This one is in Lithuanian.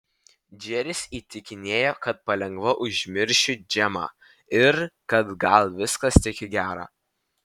džeris įtikinėjo kad palengva užmiršiu džemą ir kad gal viskas tik į gera